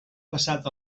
passat